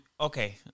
okay